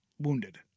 Wounded